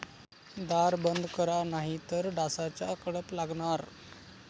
दार बंद करा नाहीतर डासांचा कळप लागणार